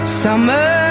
summer